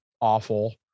awful